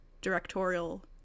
directorial